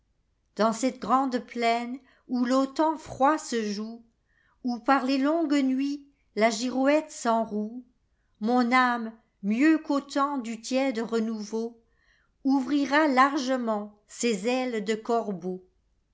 dans cette grande plaine où l'autan froid se joue où par les longues nuits la girouette s'enroue mon âme mieux qu'au temps du tiède renouveauouvrira largement ses ailes de corbeau